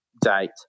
date